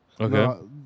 Okay